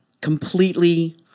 completely